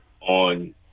on